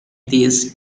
these